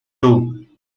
two